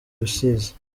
rusizi